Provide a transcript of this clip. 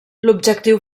l’objectiu